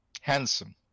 Handsome